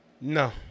No